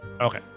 Okay